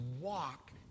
walk